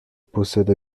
possèdent